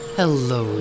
hello